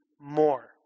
more